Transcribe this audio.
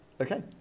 Okay